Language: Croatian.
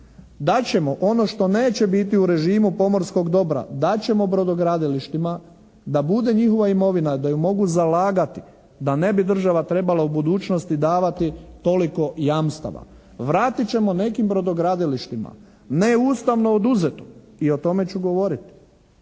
Dat ćemo ono što neće biti u režimu pomorskog dobra, dat ćemo brodogradilištima da bude njihova imovina, da je mogu zalagati, da ne bi država trebala u budućnosti davati toliko jamstava. Vratit ćemo nekim brodogradilištima ne Ustavno oduzeto i o tome ću govoriti.